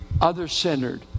other-centered